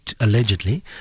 allegedly